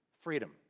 Freedom